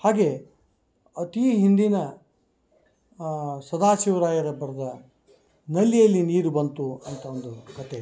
ಹಾಗೆ ಅತೀ ಹಿಂದಿನ ಸದಾ ಶಿವ್ರಾಯರ ಬರ್ದ ನಲ್ಲಿಯಲ್ಲಿ ನೀರು ಬಂತು ಅಂತ ಒಂದು ಕತೆ